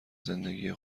زندگی